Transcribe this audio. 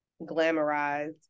glamorized